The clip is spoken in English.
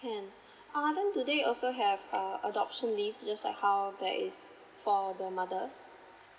can uh then do they also have uh adoption leave just like how there is for the mothers